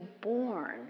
Born